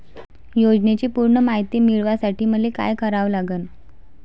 योजनेची पूर्ण मायती मिळवासाठी मले का करावं लागन?